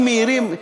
דיונים מהירים,